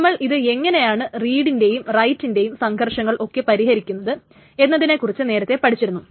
നമ്മൾ ഇത് എങ്ങനെയാണ് റീഡിന്റെയും റൈറ്റിന്റെയും സംഘർഷങ്ങൾ ഒക്കെ പരിഹരിക്കുന്നത് എന്നതിനെ കുറിച്ച് നേരത്തെ പഠിച്ചിരുന്നു